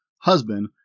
husband